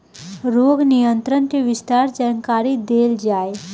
रोग नियंत्रण के विस्तार जानकरी देल जाई?